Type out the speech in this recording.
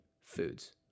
foods